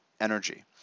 energy